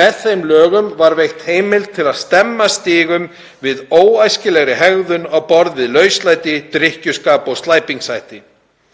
Með þeim lögum var veitt heimild til að stemma stigu við óæskilegri hegðun á borð við lauslæti, drykkjuskap og slæpingshátt.